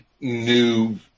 new